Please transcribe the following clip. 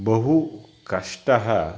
बहु कष्टः